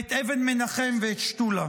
ואת אבן מנחם ואת שתולה.